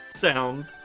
sound